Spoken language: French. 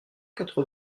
quatre